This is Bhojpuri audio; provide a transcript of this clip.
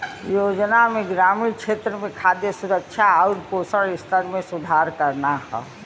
योजना में ग्रामीण क्षेत्र में खाद्य सुरक्षा आउर पोषण स्तर में सुधार करना हौ